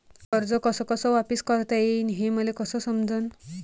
कर्ज कस कस वापिस करता येईन, हे मले कस समजनं?